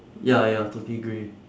ya ya totally grey